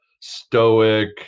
stoic